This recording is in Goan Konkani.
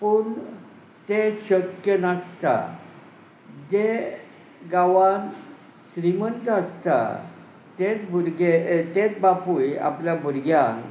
पूण तें शक्य नासता जे गांवान श्रीमंत आसता तेच भुरगे तेच बापूय आपल्या भुरग्यांक